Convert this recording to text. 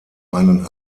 einen